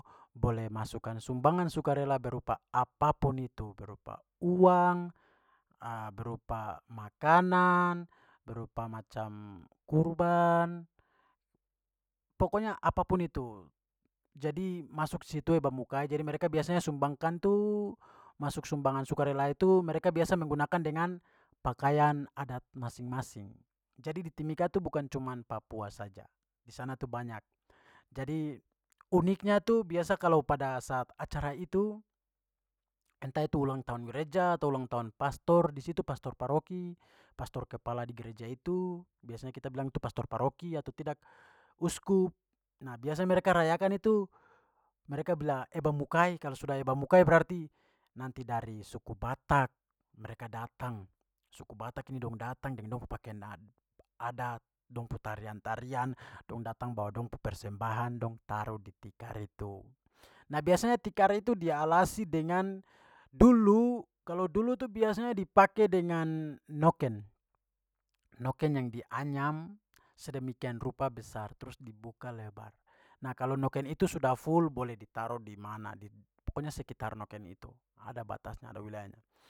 Boleh masukkan sumbangan sukarela berupa apapun itu. Berupa uang, berupa makanan, berupa macam kurban, pokoknya apapun itu. Jadi masuk situ eba mukai. Jadi mereka biasanya sumbangkan tu- masuk sumbangan sukarela itu mereka biasa menggunakan dengan pakaian adat masing-masing. Jadi di timika itu bukan cuman papua saja, di sana tu banyak. Jadi uniknya tu biasa kalau pada saat acara itu entah itu ulang tahun gereja atau ulang tahun pastor, di situ pastor paroki, pastor kepala di gereja itu, biasanya kita bilang tu pastor paroki atau tidak uskup, nah biasa mereka rayakan itu mereka bilang eba mukai, kalau sudah eba mukai berarti nanti dari suku batak mereka datang, suku batak ini dong datang deng dong pu pakian ad-adat, dong pu tarian-tarian, dong datang bawa dong pu persembahan, dong taruh di tikar itu. Nah, biasanya tikar itu dialasi dengan, dulu, kalau dulu tu biasanya dipake dengan noken. noken yang dianyam sedemikian rupa besar, terus dibuka lebar. Nah kalau noken itu sudah full boleh ditaruh di mana. Pokoknya sekitar noken itu, ada batasnya ada wilayahnya.